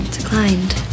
Declined